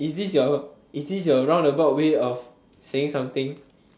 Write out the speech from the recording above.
is this your is this your roundabout way of saying something